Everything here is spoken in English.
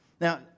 Now